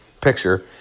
picture